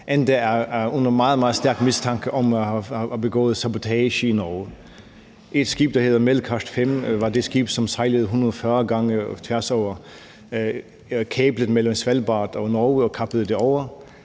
under meget, meget stærk mistanke om at have begået sabotage i Norge. Et skib, der hedder »Melcart 5«, var det skib, som sejlede 140 gange tværs over kablet mellem Svalbard og Norge og kappede det over.